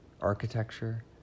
architecture